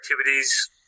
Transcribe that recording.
activities